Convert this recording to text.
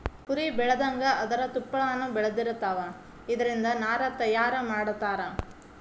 ಕುರಿ ಬೆಳದಂಗ ಅದರ ತುಪ್ಪಳಾನು ಬೆಳದಿರತಾವ, ಇದರಿಂದ ನಾರ ತಯಾರ ಮಾಡತಾರ